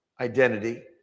identity